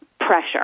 pressure